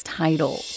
title